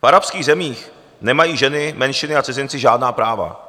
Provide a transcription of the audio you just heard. V arabských zemích nemají ženy, menšiny a cizinci žádná práva.